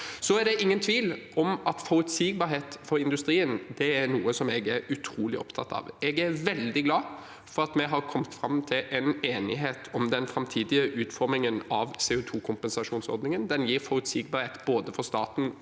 Det er ingen tvil om at forutsigbarhet for industrien er noe jeg er utrolig opptatt av. Jeg er veldig glad for at vi har kommet fram til en enighet om den framtidige utformingen av CO2-kompensasjonsordningen. Den gir forutsigbarhet både for staten